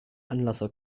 anlasser